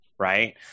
Right